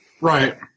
Right